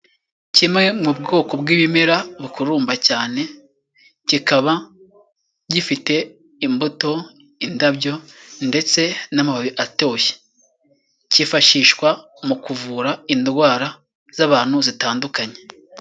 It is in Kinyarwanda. Kimwe mu bwoko bw'ibimera bukururumba cyane kikaba gifite imbuto, indabyo ndetse n'amababi atoshye kifashishwa mu kuvura indwara z'abantu zitandukanye.